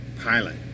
pilot